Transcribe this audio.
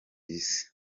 isi